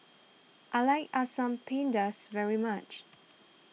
I like Asam Pedas very much